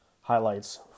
highlights